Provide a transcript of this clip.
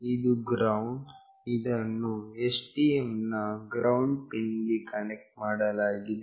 ಇದು GND ಇದನ್ನು STM ನ ಗ್ರೌಂಡ್ ಪಿನ್ ಗೆ ಕನೆಕ್ಟ್ ಮಾಡಲಾಗಿದೆ